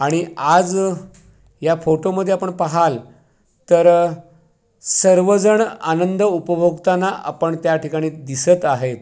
आणि आज या फोटोमध्ये आपण पाहाल तर सर्वजण आनंद उपभोगताना आपण त्या ठिकाणी दिसत आहेत